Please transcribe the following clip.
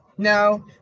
No